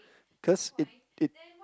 cause it it